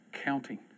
counting